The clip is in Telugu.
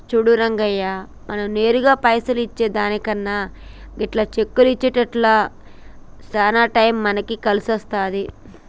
సూడు రంగయ్య మనం నేరుగా పైసలు ఇచ్చే దానికన్నా గిట్ల చెక్కులు ఇచ్చుట్ల సాన టైం మనకి కలిసొస్తాది